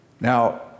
Now